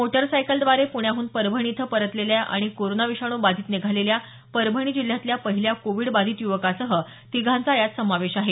मोटारसायकलद्वारे पृण्याहून परभणी इथं परतलेल्या आणि कोरोना विषाणू बाधित निघालेल्या परभणी जिल्ह्यातल्या पहिल्या कोविड बाधित युवकासह तिघांचा यात समावेश आहे